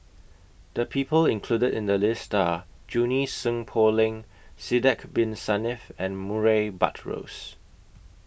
The People included in The list Are Junie Sng Poh Leng Sidek Bin Saniff and Murray Buttrose